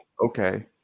Okay